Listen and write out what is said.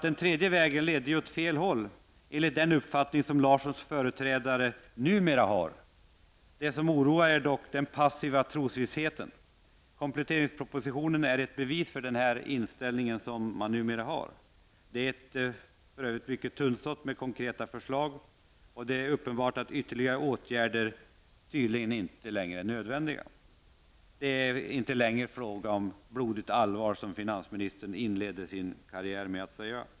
Den tredje vägen ledde ju åt fel håll enligt den uppfattning som Larssons företrädare numera har. Det som oroar är dock den passiva trosvissheten. Kompleteringspropositionen är ett bevis för den nya inställning som man numera har. Det är för övrigt mycket tunnsått med konkreta förslag. Det är uppenbart att ytterligare åtgärder tydligen inte längre bedöms som nödvändiga. Det är inte längre fråga om ''blodigt allvar'', som finansministern inledde sin karriär med att säga.